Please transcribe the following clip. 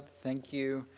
thank you,